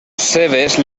seves